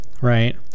right